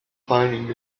finding